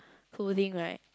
folding right